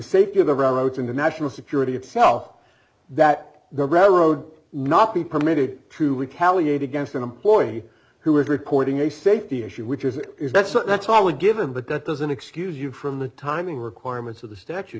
safety of the railroads in the national security itself that the road not be permitted to recalibrate against an employee who is reporting a safety issue which is it is that's that's all a given but that doesn't excuse you from the timing requirements of the statu